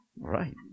Right